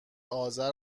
آذر